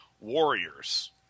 warriors